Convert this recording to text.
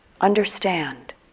understand